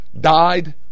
Died